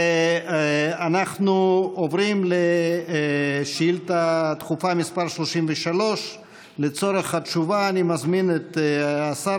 אנחנו עוברים לשאילתה דחופה מס' 33. לצורך התשובה אני מזמין את השר